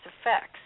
effects